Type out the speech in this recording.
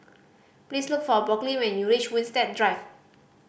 please look for Brooklyn when you reach Winstedt Drive